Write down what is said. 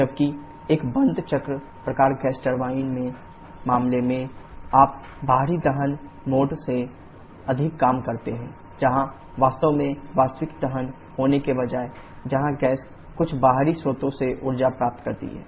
जबकि एक बंद चक्र प्रकार गैस टरबाइन के मामले में आप बाहरी दहन मोड से अधिक काम करते हैं जहां वास्तव में वास्तविक दहन होने के बजाय जहां गैस कुछ बाहरी स्रोत से ऊर्जा प्राप्त करती है